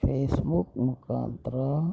Facebook ಮುಖಾಂತ್ರ